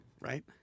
right